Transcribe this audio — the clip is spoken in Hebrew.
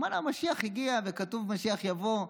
הוא אומר לה: המשיח הגיע וכתוב: משיח יבוא,